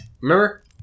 remember